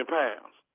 pounds